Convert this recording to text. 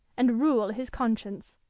and rule his conscience.